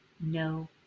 no